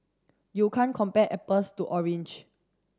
you can't compare apples to orange